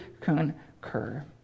concur